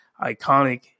iconic